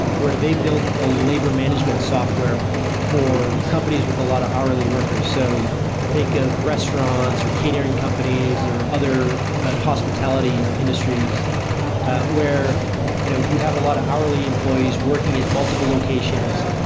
where they've built a labor management software for companies with a lot of hourly workers. so think of restaurants, or catering companies or other hospitality industries where you know you have a lot of hourly employees working at multiple locations.